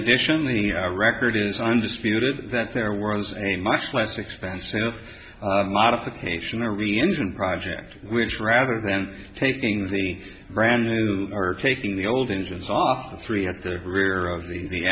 addition the record is undisputed that there was a much less expensive modification or re engine project which rather than taking the brand or taking the old engines off three at the rear of the